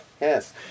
Yes